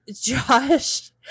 Josh